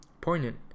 poignant